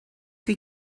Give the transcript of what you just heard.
chi